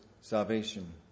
salvation